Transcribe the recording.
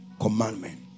commandment